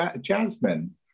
jasmine